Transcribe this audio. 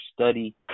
study